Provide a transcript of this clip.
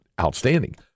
outstanding